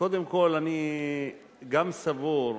קודם כול, אני גם סבור,